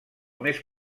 més